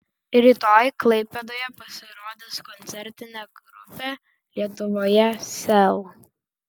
rytoj klaipėdoje pasirodys koncertinė grupė lietuvoje sel